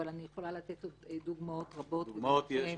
אבל אני יכולה לתת עוד דוגמאות רבות --- דוגמאות יש,